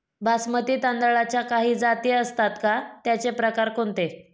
बासमती तांदळाच्या काही जाती असतात का, त्याचे प्रकार कोणते?